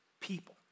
people